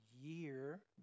Year